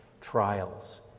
trials